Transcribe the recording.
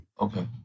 Okay